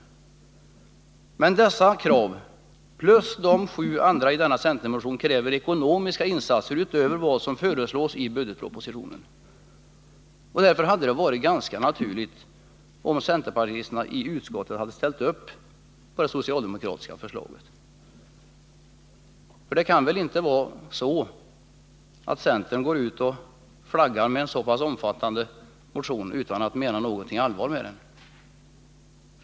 Men dessa krav plus de sju andra i denna centermotion förutsätter ekonomiska insatser utöver vad som föreslås i budgetpropositionen. Därför hade det varit ganska naturligt om centerpartisterna i utskottet hade ställt upp bakom det socialdemokratiska förslaget. Det kan väl inte vara så att centern går ut och flaggar med en så pass omfattande motion som det här gäller utan att mena allvar med den.